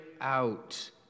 out